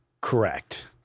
Correct